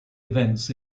events